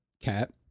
Cat